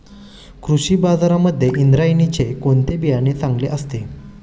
कृषी बाजारांमध्ये इंद्रायणीचे कोणते बियाणे चांगले असते?